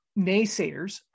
naysayers